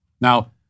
Now